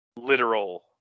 literal